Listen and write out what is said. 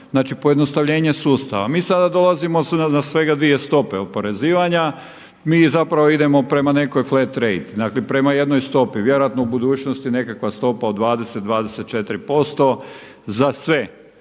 znači pojednostavljenje sustava. Mi sada dolazimo na svega dvije stope oporezivanja, mi idemo prema nekoj flet … dakle prema jednoj stopi. Vjerojatno u budućnosti nekakva stopa od 20, 24% za sve